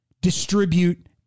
distribute